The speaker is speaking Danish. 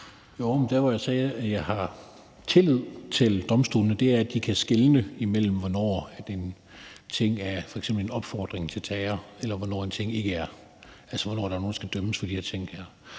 Larsen (LA): Jeg sagde, at jeg har tillid til domstolene, og det drejer sig om, at de kan skelne imellem, hvornår en ting er f.eks. en opfordring til terror, og hvornår en ting ikke er det, altså hvornår der er nogen, der skal dømmes for de her ting.